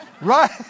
Right